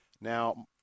Now